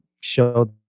show